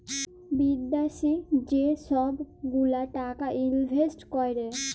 বিদ্যাশি যে ছব গুলা টাকা ইলভেস্ট ক্যরে